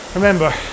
remember